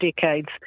decades